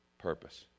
purpose